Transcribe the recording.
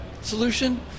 solution